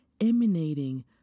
emanating